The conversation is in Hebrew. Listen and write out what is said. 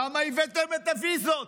למה הבאתם את הוויזות?